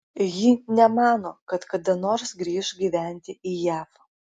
ji nemano kad kada nors grįš gyventi į jav